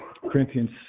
Corinthians